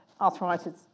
arthritis